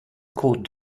court